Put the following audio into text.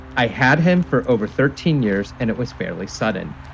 i had him for over thirteen years and it was fairly sudden.